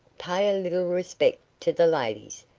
pay a little respect to the ladies,